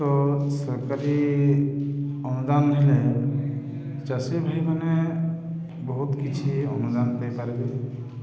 ତ ସରକାରୀ ଅନୁଦାନ ହେଲେ ଚାଷୀ ଭାଇମାନେ ବହୁତ କିଛି ଅନୁଦାନ ନେଇପାରିବେ